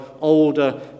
older